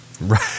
Right